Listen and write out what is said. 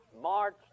march